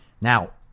Now